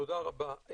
תודה רבה.